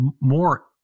more